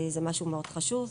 זה משהו מאוד חשוב.